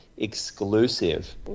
exclusive